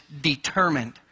determined